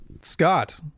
Scott